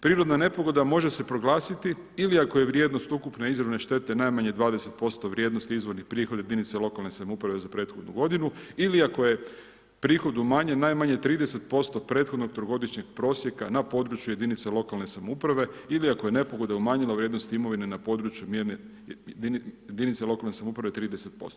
Prirodna nepogoda može se proglasiti ili ako je vrijednost ukupne izravne štete najmanje 20% vrijednosti izvornih prihoda jedinice lokalne samouprave za prethodnu g. ili ako je prihod umanjen najmanje 30% prethodno trogodišnjeg prosjeka, na području jedinice lokalne samouprave ili ako je nepogoda umanjena u vrijednosti imovine na području jedinice lokalne samouprave 30%